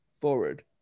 forward